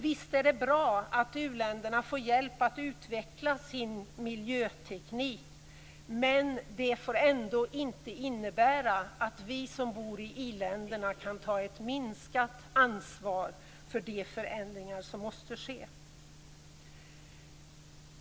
Visst är det bra att u-länderna får hjälp att utveckla sin miljöteknik, men det får inte innebära att vi som bor i i-länderna kan ta ett mindre ansvar för de förändringar som måste ske.